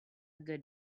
good